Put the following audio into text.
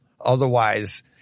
Otherwise –